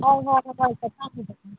हय हय हय